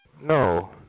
No